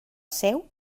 seu